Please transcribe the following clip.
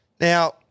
Now